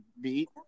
beat –